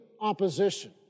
opposition